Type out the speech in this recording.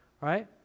Right